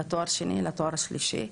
לתואר שני ולתואר שלישי.